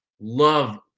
love –